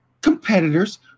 competitors